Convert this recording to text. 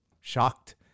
shocked